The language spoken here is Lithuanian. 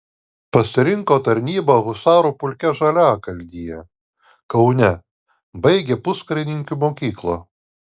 pasirinko tarnybą husarų pulke žaliakalnyje kaune baigė puskarininkių mokyklą